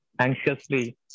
anxiously